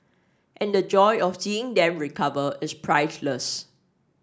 and the joy of seeing them recover is priceless